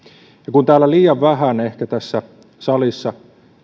kun liian vähän ehkä tässä salissa